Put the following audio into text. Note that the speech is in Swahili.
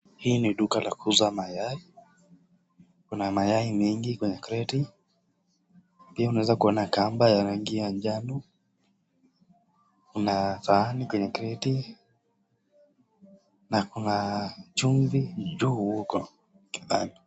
Hii ni duka la kuuza mayai, kuna mayai mengi kwenye kreti , pia unaweza kuona kamba ya rangi ya njano na sahani kwenye kreti na kuna chumvi juu huko.